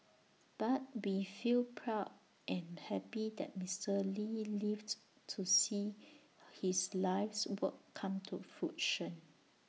but we feel proud and happy that Mister lee lived to see his life's work come to fruition